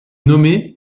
nommé